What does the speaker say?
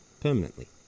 permanently